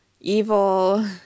evil